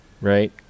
right